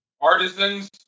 artisans